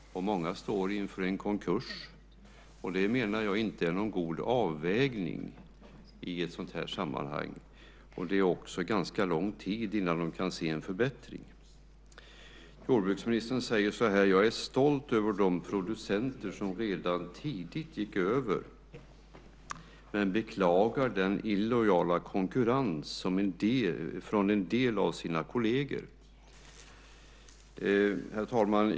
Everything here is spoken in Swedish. Många står inför en konkurs. Det är, menar jag, inte någon god avvägning i ett sådant här sammanhang. Det är också ganska lång tid kvar tills de kan se en förbättring. Jordbruksministern säger att hon är stolt över de producenter som redan tidigt gick över men beklagar den illojala konkurrensen från en del av deras kolleger.